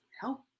help